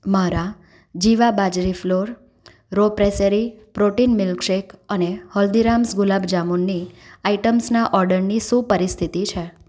મારા જીવા બાજરી ફ્લોર રો પ્રેસેરી પ્રોટીન મિલ્કશેક અને હલ્દીરામ્સ ગુલાબજામુનની આઈટમ્સના ઓર્ડરની શું પરિસ્થિતિ છે